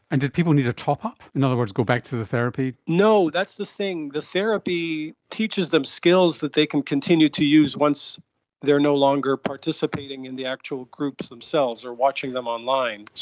and did people need a top-up, in other words go back to the therapy? no, that's the thing, the therapy teaches them skills that they can continue to use once they are no longer participating in the actual groups themselves or watching them online.